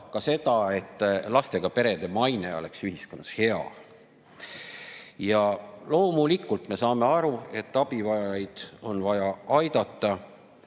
ka seda, et lastega perede maine ühiskonnas oleks hea. Loomulikult, me saame aru, et abivajajaid on vaja aidata,